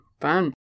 Fun